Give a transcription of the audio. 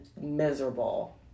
miserable